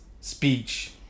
speech